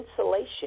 insulation